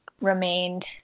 remained